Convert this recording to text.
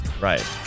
Right